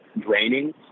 draining